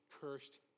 cursed